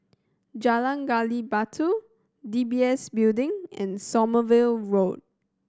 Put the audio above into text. Jalan Gali Batu D B S Building and Sommerville Road